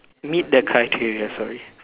meet the criteria sorry